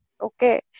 Okay